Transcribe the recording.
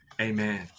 Amen